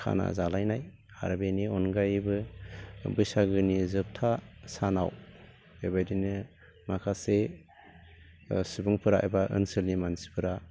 खाना जालायनाय आरो बेनि अनगायैबो बैसागोनि जोबथा सानाव बेबायदिनो माखासे सुबुंफोरा एबा ओनसोलनि मानसिफोरा